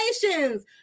congratulations